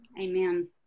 Amen